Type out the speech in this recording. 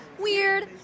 Weird